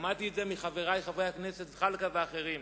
שמעתי את זה מחברי חברי הכנסת זחאלקה ואחרים,